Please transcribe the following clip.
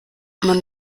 man